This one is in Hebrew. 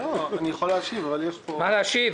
אני יכול להשיב, אבל יש פה --- מה להשיב?